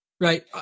right